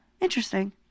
Interesting